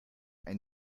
ein